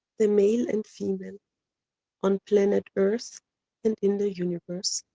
the male and female on planet earth and in the universe.